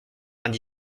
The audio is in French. vingt